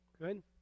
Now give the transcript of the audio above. Good